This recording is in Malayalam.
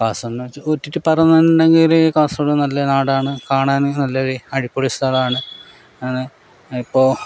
കാസർഗോഡിനെ കുറിച്ച് പറഞ്ഞിട്ടുണ്ടെങ്കിൽ കാസർഗോഡ് നല്ല നാടാണ് കാണാനും നല്ലൊരു അടിപൊളി സ്ഥലമാണ് ആണ് ഇപ്പോൾ